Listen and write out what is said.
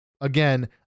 again